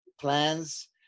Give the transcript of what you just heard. plans